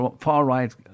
far-right